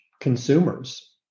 consumers